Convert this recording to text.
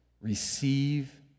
receive